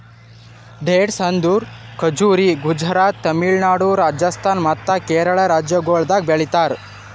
dates ಅಂದುರ್ ಖಜುರಿ ಗುಜರಾತ್, ತಮಿಳುನಾಡು, ರಾಜಸ್ಥಾನ್ ಮತ್ತ ಕೇರಳ ರಾಜ್ಯಗೊಳ್ದಾಗ್ ಬೆಳಿತಾರ್